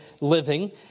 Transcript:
living